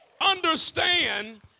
Understand